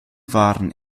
waren